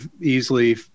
easily